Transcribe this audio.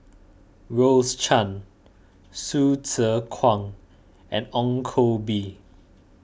Rose Chan Hsu Tse Kwang and Ong Koh Bee